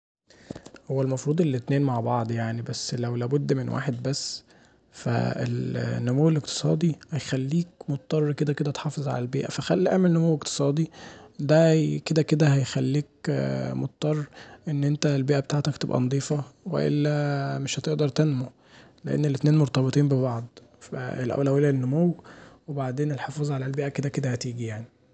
هو المفروض الأتنين مع بعض يعني، بس لو لابد من واحد بس، فالنمو الاقتصادي هيخليك مضطر كدا كدا تحافظ علي البيئه فخليه نمو اقتصادي دا كدا كدا هيخليك مضطر ان انت البيئه بتاعتك تبقي نضيفه والا مش هتقدر تنمو لان الاتنين مرتبطين ببعض فالأولويه للنمو وبعدين الحفاظ علي البيئه كدا كدا هتيجي يعني.